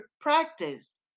practice